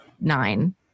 nine